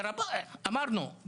אמרנו,